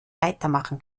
weitermachen